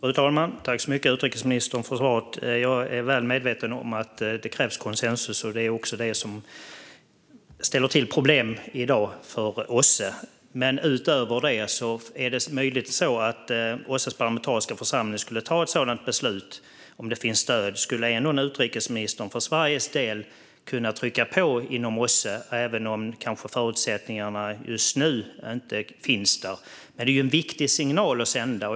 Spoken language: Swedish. Fru talman! Tack så mycket för svaret, utrikesministern! Jag är väl medveten om att det krävs konsensus, och det är också detta som i dag ställer till problem för OSSE. Men utöver detta, skulle utrikesministern för Sveriges del, om OSSE:s parlamentariska församling skulle ta ett sådant beslut och det finns stöd, kunna trycka på inom OSSE även om förutsättningarna kanske inte finns där just nu? Detta är en viktig signal att sända.